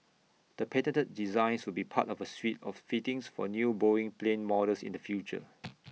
the patented designs will be part of A suite of fittings for new boeing plane models in the future